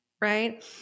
right